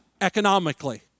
economically